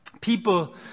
People